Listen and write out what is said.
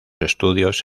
estudios